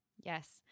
Yes